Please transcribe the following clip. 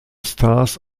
stars